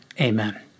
Amen